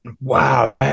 Wow